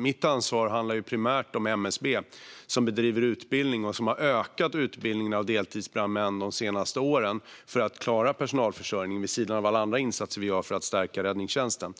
Mitt ansvar handlar primärt om MSB, som bedriver utbildning och som har ökat utbildningen av deltidsbrandmän de senaste åren för att klara personalförsörjningen - vid sidan av alla andra insatser vi gör för att stärka räddningstjänsten.